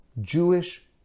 Jewish